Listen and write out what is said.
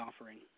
offering